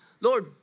Lord